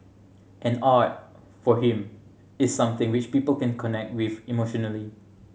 and art for him is something which people can connect with emotionally